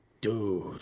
Dude